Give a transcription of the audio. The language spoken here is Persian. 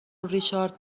ریچارد